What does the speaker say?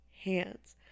hands